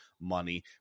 money